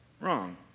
Wrong